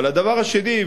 אבל הדבר השני,